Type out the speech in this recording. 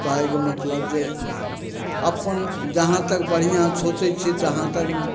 कहयके मतलब जे अपन जहाँ तक बढ़िआँ सोचय छियै तहाँ तक